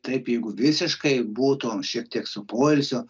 taip jeigu visiškai būtum šiek tiek su poilsiu